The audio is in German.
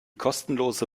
kostenlose